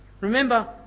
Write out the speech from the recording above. Remember